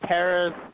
Paris